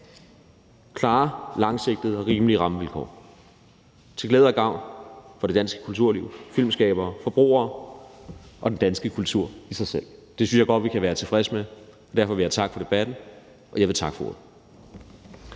klare, langsigtede og rimelige rammevilkår til glæde og gavn for det danske kulturliv, filmskabere, forbrugere og den danske kultur i sig selv. Det synes jeg godt vi kan være tilfredse med, og derfor vil jeg takke for debatten, og jeg vil takke for ordet.